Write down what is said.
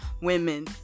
women